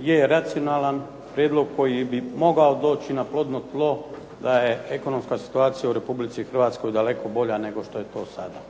je racionalan prijedlog koji bi mogao doći na plodno tlo da je ekonomska situacija u Republici Hrvatskoj daleko bolja nego što je to sada.